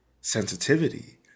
sensitivity